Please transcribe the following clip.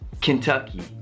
Kentucky